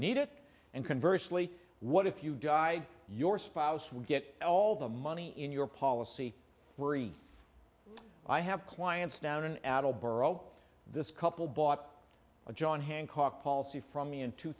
need it and can virtually what if you die your spouse will get all the money in your policy worry i have clients down an adult borough this couple bought a john hancock policy from me in two